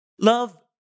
Love